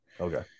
Okay